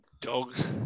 dogs